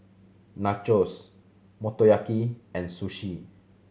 Nachos Motoyaki and Sushi